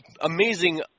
amazing